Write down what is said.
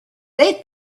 they